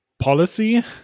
policy